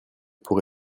pour